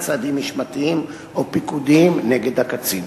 צעדים משמעתיים או פיקודיים נגד הקצין.